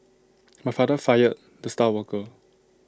my father fired the star worker